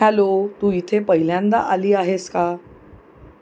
hello तू इथे पहिल्यांदा आली आहेस का